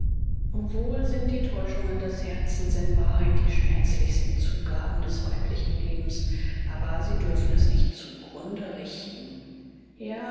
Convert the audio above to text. wohl sind die täuschungen des herzens in wahrheit die schmerzlichsten zugaben des weiblichen lebens aber sie dürfen es nicht zu grunde richten ja